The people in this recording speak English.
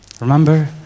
Remember